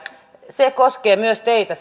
se kunnioittaminen koskee myös teitä